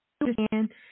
understand